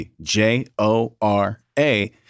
J-O-R-A